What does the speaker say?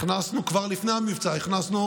כבר לפני המבצע הכנסנו